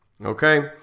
Okay